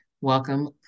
Welcome